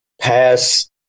pass